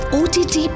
ott